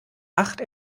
acht